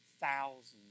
thousands